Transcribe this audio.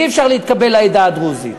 אי-אפשר להתקבל לעדה הדרוזית,